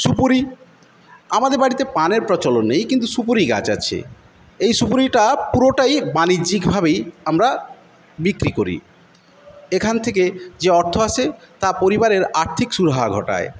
সুপুরি আমাদের বাড়িতে পানের প্রচলন নেই কিন্তু সুপুরি গাছ আছে এই সুপুরিটা পুরোটাই বানিজ্যিক ভাবেই আমরা বিক্রি করি এখান থেকে যে অর্থ আসে তা পরিবারের আর্থিক সুরাহা ঘটায়